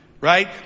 Right